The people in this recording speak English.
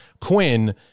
Quinn